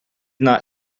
not